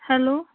hello